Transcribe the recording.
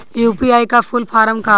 UPI का full form का होला?